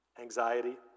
Anxiety